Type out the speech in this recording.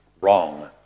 wrong